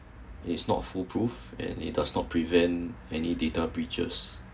is not full proof and it does not prevent any data breaches